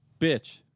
Bitch